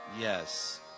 Yes